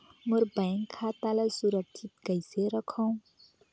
मोर bank खाता ला सुरक्षित कइसे रखव?